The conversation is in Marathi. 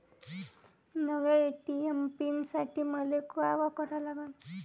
नव्या ए.टी.एम पीन साठी मले का करा लागन?